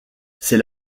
c’est